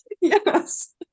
Yes